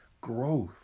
growth